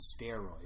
steroids